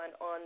on